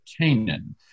Canaan